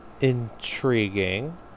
Intriguing